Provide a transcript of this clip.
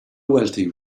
wealthy